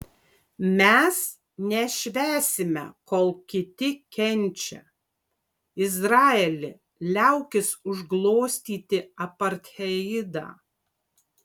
mes nešvęsime kol kiti kenčia izraeli liaukis užglostyti apartheidą